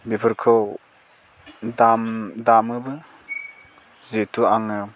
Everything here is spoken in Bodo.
बेफोरखौ दामोबो जिहेथु आङो